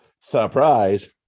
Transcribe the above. surprise